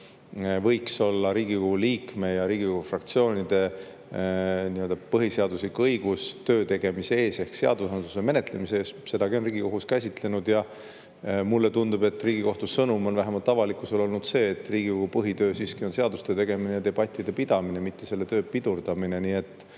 võiks olla Riigikogu liikme ja Riigikogu fraktsioonide nii-öelda põhiseaduslik õigus töötegemise jaoks ehk seadusandluse menetlemise jaoks. Sedagi on Riigikohus käsitlenud ja mulle tundub, et Riigikohtu sõnum on vähemalt avalikkusele olnud see, et Riigikogu põhitöö siiski on seaduste tegemine ja debattide pidamine, mitte selle töö pidurdamine. Kui te